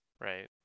Right